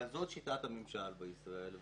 אבל זאת שיטת הממשל בישראל.